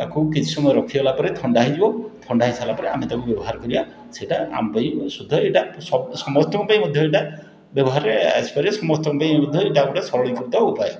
ତାକୁ କିଛି ସମୟ ରଖିଦେଲାପରେ ଥଣ୍ଡା ହେଇଯିବ ଥଣ୍ଡା ହେଇସାରିଲା ପରେ ଆମେ ତାକୁ ବ୍ୟବହାର କରିବା ସେଇଟା ଆମ ପାଇଁ ଶୁଦ୍ଧ ଏଇଟା ସମସ୍ତଙ୍କପାଇଁ ମଧ୍ୟ ଏଇଟା ବ୍ୟବହାରରେ ଆସିପାରିବ ସମସ୍ତଙ୍କ ପାଇଁ ବୋଧେ ଏଇଟା ଗୋଟେ ସରଳୀକୃତ ଉପାୟ